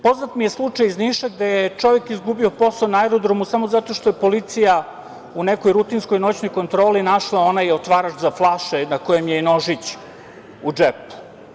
Poznat mi je slučaj iz Niša gde je čovek izgubio posao na aerodromu samo zato što je policija u nekoj rutinskoj noćnoj kontroli našla onaj otvarač za flaše na kojem je nožić u džepu.